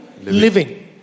living